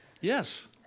Yes